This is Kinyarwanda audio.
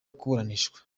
kuburanishwa